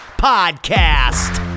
podcast